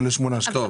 לא ל-8 שקלים.